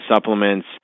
supplements